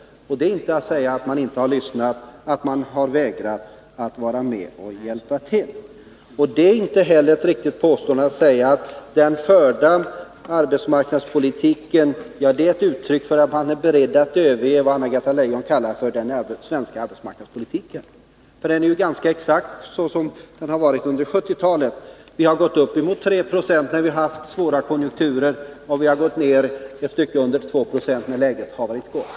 Det går då inte att hävda att man har vägrat att vara med och hjälpa till! Det är heller inte riktigt att påstå att den förda arbetsmarknadspolitiken är ett uttryck för att man är beredd att överge vad Anna-Greta Leijon kallar för den svenska arbetsmarknadspolitiken. Den är ganska exakt sådan som den har varit under hela 1970-talet. Vi har gått upp emot 3 procents arbetslöshet när vi har haft svåra konjunkturer, och vi har gått ner ett stycke under 2 96 när läget har varit gott.